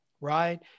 right